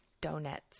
Donuts